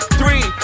three